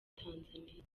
tanzaniya